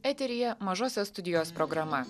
eteryje mažosios studijos programa